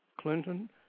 Clinton